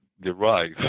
derive